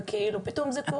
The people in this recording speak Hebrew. וכאילו פתאום זה קורה.